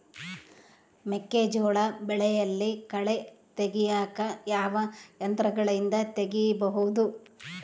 ಮೆಕ್ಕೆಜೋಳ ಬೆಳೆಯಲ್ಲಿ ಕಳೆ ತೆಗಿಯಾಕ ಯಾವ ಯಂತ್ರಗಳಿಂದ ತೆಗಿಬಹುದು?